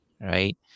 right